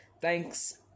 thanks